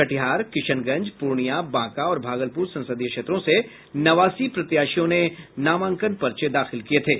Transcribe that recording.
कटिहार किशनगंज प्रर्णिया बांका और भागलपुर संसदीय क्षेत्रों से नवासी प्रत्याशियों ने नामांकन पर्चे दाखिल किये थे